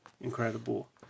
incredible